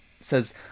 says